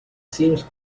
seems